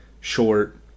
short